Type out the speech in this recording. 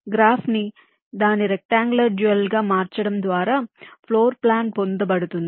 గ్రాఫ్ను దాని rectangular dual గా మార్చడం ద్వారా ఫ్లోర్ ప్లాన్ పొందబడుతుంది